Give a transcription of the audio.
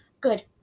good